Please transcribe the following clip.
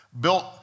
built